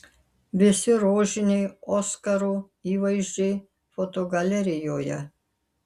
visi rožiniai oskarų įvaizdžiai fotogalerijoje